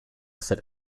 ser